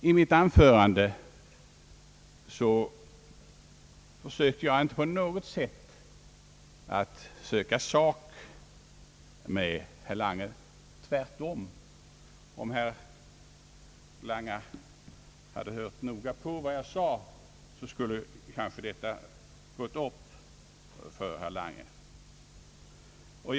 I mitt anförande strävade jag inte på något sätt efter att söka sak med herr Lange — tvärtom. Om herr Lange noga hade lyssnat på vad jag framhöll, skulle herr Lange kanske ha insett detta.